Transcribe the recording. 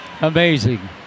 Amazing